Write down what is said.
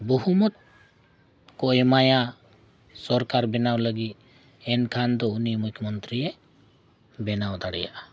ᱵᱚᱦᱩᱢᱚᱛ ᱠᱚ ᱮᱢᱟᱭᱟ ᱥᱚᱨᱠᱟᱨ ᱵᱮᱱᱟᱣ ᱞᱟᱹᱜᱤᱫ ᱮᱱᱠᱷᱟᱱ ᱫᱚ ᱩᱱᱤ ᱢᱩᱠᱷ ᱢᱚᱱᱛᱨᱤᱭᱮ ᱵᱮᱱᱟᱣ ᱫᱟᱲᱮᱭᱟᱜᱼᱟ